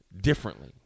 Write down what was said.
differently